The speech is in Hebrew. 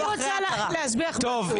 אני רוצה להסביר לך משהו --- טוב,